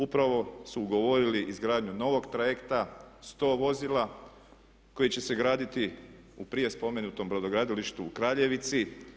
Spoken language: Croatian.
Upravo su ugovorili izgradnju novog trajekta, 100 vozila koji će graditi u prije spomenutom brodogradilištu u Kraljevici.